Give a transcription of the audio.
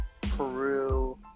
Peru